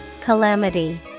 Calamity